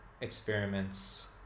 experiments